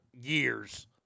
years